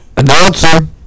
Announcer